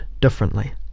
differently